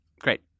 Great